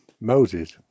Moses